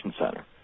center